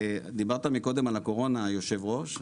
דיברת מקודם על הקורונה, יושב הראש.